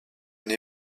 une